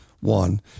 One